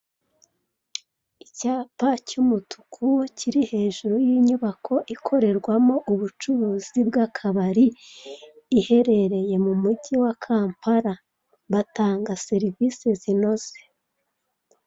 Icapa cy'umutuku kiri hejuru kiri hejuru y'inyubako ikorerwamo ubucuruzi bw'akabari iherereye mumugi wa Kampala, batanga serivise zinoze.